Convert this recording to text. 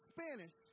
Spanish